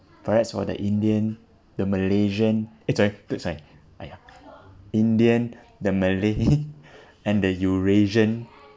perhaps for the indian the malaysian eh sorry sorry !aiya! indian the malay and the eurasian